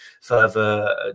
further